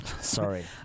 sorry